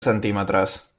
centímetres